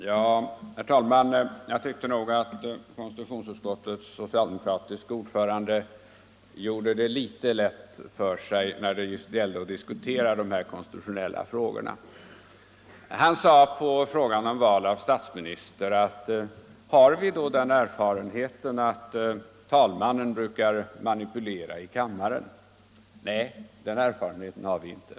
Herr talman! Jag tyckte nog att konstitutionsutskottets socialdemokratiske ordförande gjorde det litet lätt för sig när det gällde att diskutera de här konstitutionella frågorna. Han undrade beträffande frågan om val av statsminister om vi har den erfarenheten att talmannen brukar manipulera i kammaren. Nej, den erfarenheten har vi inte.